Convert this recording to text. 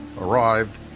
arrived